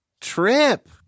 Trip